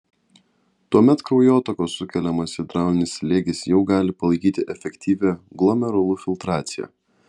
tuomet kraujotakos sukeliamas hidraulinis slėgis jau gali palaikyti efektyvią glomerulų filtraciją